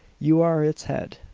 you are its head.